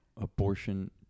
abortion